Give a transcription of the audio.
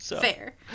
Fair